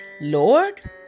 Lord